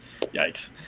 yikes